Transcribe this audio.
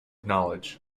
knowledge